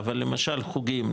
אבל למשל חוגים,